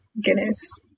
Guinness